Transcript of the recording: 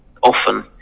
often